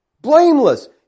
blameless